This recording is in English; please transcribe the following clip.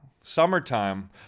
Summertime